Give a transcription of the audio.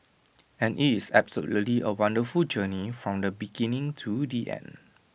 and IT is absolutely A wonderful journey from the beginning to the end